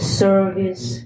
service